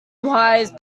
wise